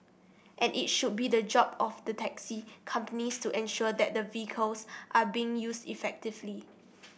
and it should be the job of the taxi companies to ensure that the vehicles are being used effectively